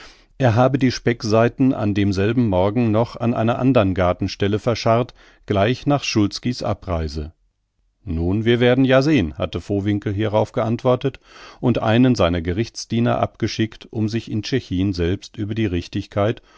er habe die speckseiten an demselben morgen noch an einer anderen gartenstelle verscharrt gleich nach szulski's abreise nun wir werden ja sehn hatte vowinkel hierauf geantwortet und einen seiner gerichtsdiener abgeschickt um sich in tschechin selbst über die richtigkeit